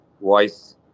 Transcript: voice